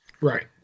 Right